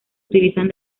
utilizan